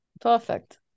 perfect